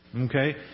okay